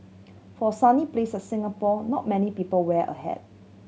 for a sunny place Singapore not many people wear a hat